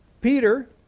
Peter